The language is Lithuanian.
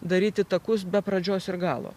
daryti takus be pradžios ir galo